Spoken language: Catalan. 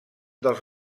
dels